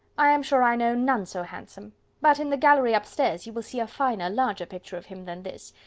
i am sure i know none so handsome but in the gallery up stairs you will see a finer, larger picture of him than this.